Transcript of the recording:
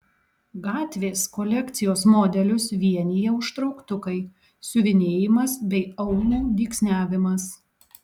gatvės kolekcijos modelius vienija užtrauktukai siuvinėjimas bei aulų dygsniavimas